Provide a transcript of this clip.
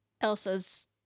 Elsa's